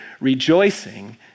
rejoicing